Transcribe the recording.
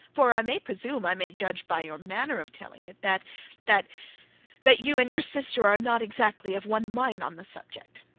for i may presume i may judge by your manner of telling it, that that that you and your sister are not exactly of one mind on the subject